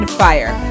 fire